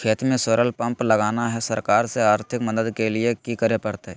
खेत में solar pump लगाना है, सरकार से आर्थिक मदद के लिए की करे परतय?